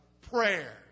prayer